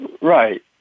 Right